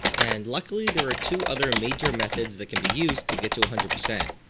and luckily there are two other major methods that can be used to get to a hundred percent.